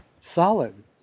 solid